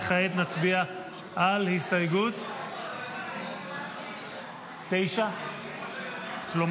וכעת נצביע על הסתייגות 9. מה